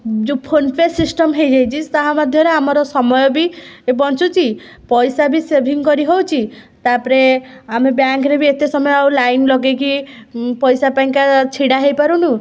ଯେଉଁ PhonePe system ହେଇଯାଇଛି ତାହା ମଧ୍ୟରେ ବି ଆମର ସମୟ ବି ବଞ୍ଚୁଛି ପଇସା ବି ସେଭିଙ୍ଗ କରିହେଉଛି ତା'ପରେ ଆମେ ବ୍ୟାଙ୍କରେ ବି ଏତେ ସମୟ ଆଉ ଲାଇନ୍ ଲଗେଇକି ପଇସା ପାଇଁକା ଛିଡ଼ା ହେଇପାରୁନୁ